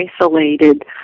isolated